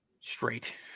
straight